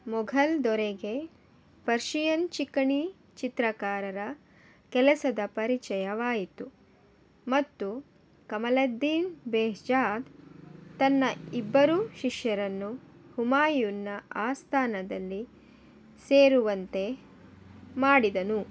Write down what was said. ಮೊಘಲ್ ದೊರೆಗೆ ಪರ್ಷಿಯನ್ ಚಿಕಣಿ ಚಿತ್ರಕಾರರ ಕೆಲಸದ ಪರಿಚಯವಾಯಿತು ಮತ್ತು ಕಮಮುದ್ದೀನ್ ಬೆಹ್ಜಾದ್ ತನ್ನ ಇಬ್ಬರು ಶಿಷ್ಯರನ್ನು ಹುಮಾಯೂನ್ನ ಆಸ್ಥಾನದಲ್ಲಿ ಸೇರುವಂತೆ ಮಾಡಿದನು